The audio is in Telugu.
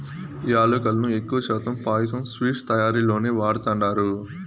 యాలుకలను ఎక్కువ శాతం పాయసం, స్వీట్స్ తయారీలోనే వాడతండారు